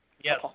Yes